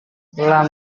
telah